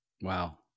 Wow